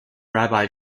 rabbi